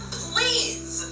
please